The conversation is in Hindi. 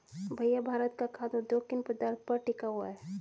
भैया भारत का खाघ उद्योग किन पदार्थ पर टिका हुआ है?